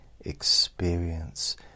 experience